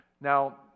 Now